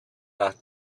that